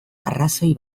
arrazoi